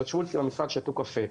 הם ישבו אצלי במשרד ושתו קפה.